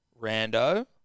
Rando